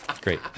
Great